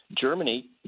Germany